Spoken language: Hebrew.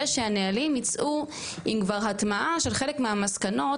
שהנהלים כבר יצאו עם הטמעה של חלק מהמסקנות,